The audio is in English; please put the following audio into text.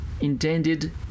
intended